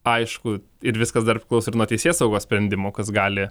aišku ir viskas dar priklauso ir nuo teisėsaugos sprendimo kas gali